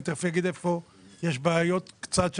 אני תכף אגיד איפה יש בעיות קצת,